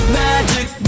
magic